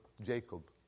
Jacob